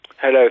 Hello